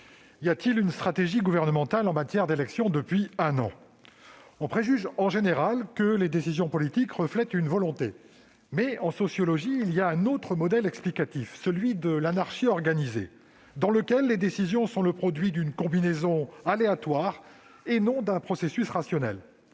y a-t-il une stratégie gouvernementale en matière d'élection depuis un an ? En général, on préjuge que les décisions politiques reflètent une volonté, mais il existe, en sociologie, un autre modèle explicatif : celui de l'anarchie organisée, dans lequel les décisions sont le produit d'une combinaison aléatoire, et non d'un processus rationnel.